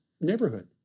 neighborhood